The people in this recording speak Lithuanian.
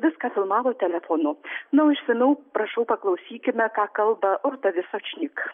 viską filmavo telefonu na o išsamiau prašau paklausykime ką kalba rūta visočnik